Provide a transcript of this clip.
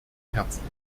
herzlich